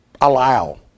allow